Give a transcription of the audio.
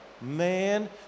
man